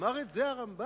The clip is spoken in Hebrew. אמר את זה הרמב"ם.